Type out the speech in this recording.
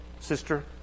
Sister